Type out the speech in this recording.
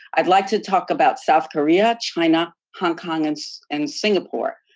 i'd like to talk about south korea, china, hong kong, and so and singapore.